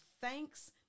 thanks